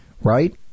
Right